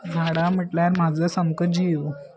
झाडां म्हटल्यार म्हाजो सामको जीव